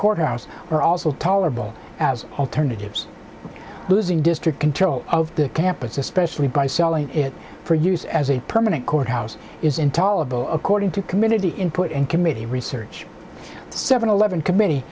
courthouse are also tolerable as alternatives losing district control of the campus especially by selling it for use as a permanent courthouse is intolerable according to a committee input and committee research seven eleven committee